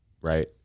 right